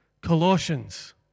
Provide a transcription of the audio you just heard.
Colossians